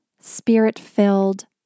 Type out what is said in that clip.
spirit-filled